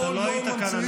אתה לא היית כאן.